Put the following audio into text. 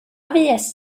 fuest